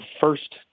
first